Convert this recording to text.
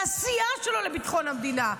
לעשייה שלו לביטחון המדינה,